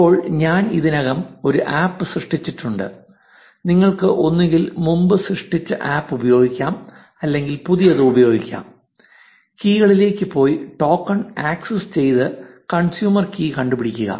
ഇപ്പോൾ ഞാൻ ഇതിനകം ഒരു ആപ്പ് സൃഷ്ടിച്ചിട്ടുണ്ട് നിങ്ങൾക്ക് ഒന്നുകിൽ മുമ്പ് സൃഷ്ടിച്ച ആപ്പ് ഉപയോഗിക്കാം അല്ലെങ്കിൽ പുതിയത് ഉപയോഗിക്കാം കീകളിലേക്ക് പോയി ടോക്കൺ ആക്സസ് ചെയ്ത് കൺസ്യൂമർ കീ കണ്ടുപിടിക്കുക